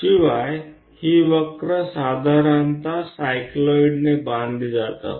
शिवाय ही वक्र साधारणत सायक्लोइडने बांधली जाते